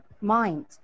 mind